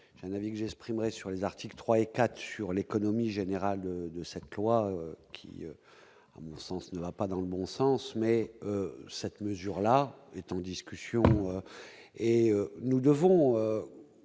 j'ai un avis que j'exprimerai sur les articles 3 et 4 sur l'économie générale de de cette loi qui, à mon sens ne va pas dans le bon sens, mais cette mesure-là est en discussion et nous devons